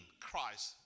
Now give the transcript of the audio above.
Christ